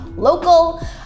local